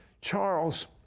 Charles